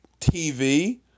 TV